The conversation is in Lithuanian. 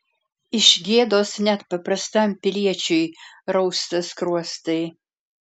iš gėdos net paprastam piliečiui rausta skruostai